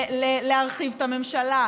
להרחיב את הממשלה,